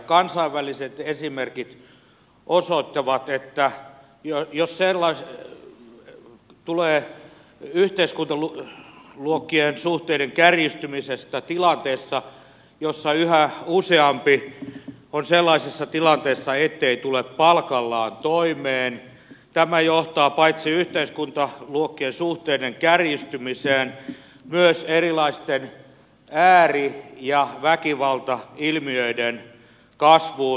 kansainväliset esimerkit osoittavat että jos tulee yhteiskuntaluokkien suhteiden kärjistymistä tilanteessa jossa yhä useampi on sellaisessa tilanteessa ettei tule palkallaan toimeen tämä johtaa paitsi yhteiskuntaluokkien suhteiden kärjistymiseen myös erilaisten ääri ja väkivaltailmiöiden kasvuun